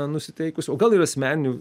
nusiteikusi o gal ir asmeninių